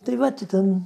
tai va tai ten